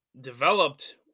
developed